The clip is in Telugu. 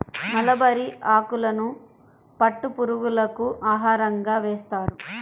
మలబరీ ఆకులను పట్టు పురుగులకు ఆహారంగా వేస్తారు